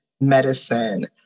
medicine